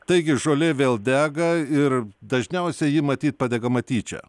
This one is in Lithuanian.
taigi žolė vėl dega ir dažniausiai ji matyt padegama tyčia